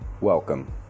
welcome